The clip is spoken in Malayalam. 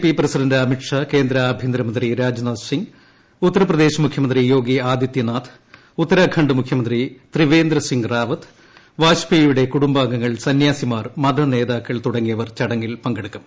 പി പ്രസിഡന്റ് അമിത്ഷാ കേന്ദ്ര ആഭ്യന്തരമന്ത്രി രാജ്നാഥ് സിംഗ് ഉത്തർപ്രദേശ് മുഖ്യമന്ത്രി യോഗി ആദിത്യനാഥ് ഉത്തരാഖണ്ഡ് മുഖ്യമന്ത്രി ത്രിവേന്ദ്രസിംഗ് റാവത്ത് വാജ്പേയിയുടെ കൂടുംബാംഗങ്ങൾ സന്യാസിമാർ മതനേതാക്കൾ തുടങ്ങിയവർ ചടങ്ങിൽ പങ്കെടുക്കും